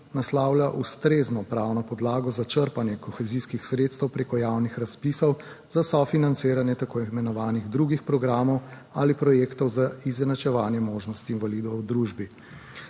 naslavlja ustrezno pravno podlago za črpanje kohezijskih sredstev prek javnih razpisov za sofinanciranje tako imenovanih drugih programov ali projektov za izenačevanje možnosti invalidov v družbi.